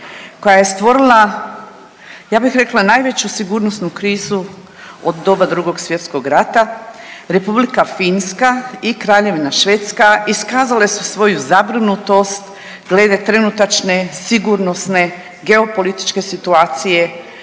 koja je stvorila, ja bih rekla, najveću sigurnosnu krizu od doba Drugog svjetskog rata, Republika Finska i Kraljevina Švedska iskazale su svoju zabrinutost glede trenutačne sigurnosne geopolitičke situacije